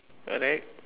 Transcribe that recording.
correct